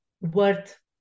worth